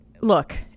look